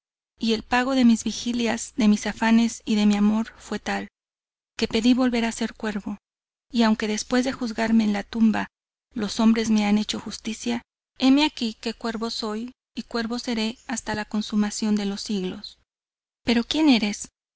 y el pago de mis vigilias de mis afanes y de mi amor fue tal que pedí volver a ser cuervo y aunque después de juzgarme en la tumba los hombres me han hecho justicia heme aquí que cuervo soy y cuervo seré hasta la consumación de los siglos pero quién eres